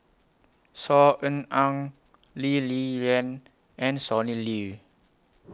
Saw Ean Ang Lee Li Lian and Sonny Liew